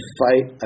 fight